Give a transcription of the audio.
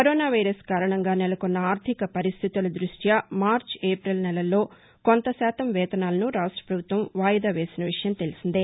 corona virus కారణంగా నెలకొన్న అర్దిక పరిస్దితుల దృష్ట్య మార్చి ఏపిల్ నెలల్లో కొంత శాతం వేతనాలను రాష్ట్ర పభుత్వం వాయిదా వేసిన విషయం తెలిసిందే